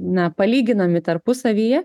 na palyginami tarpusavyje